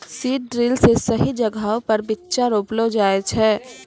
seed drill से सही जगहो पर बीच्चा रोपलो जाय छै